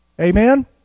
Amen